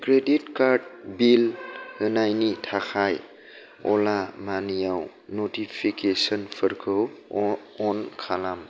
credit card bill होनायनि थाखाय अला मानि याव नटिफिकेशनफोरखौ अन खालाम